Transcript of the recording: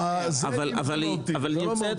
אבל זה לא מהותי.